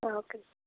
okay